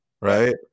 Right